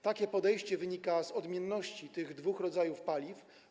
Takie podejście wynika z odmienności tych dwóch rodzajów paliw.